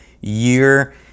year